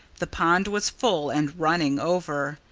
the pond was full and running over!